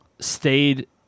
stayed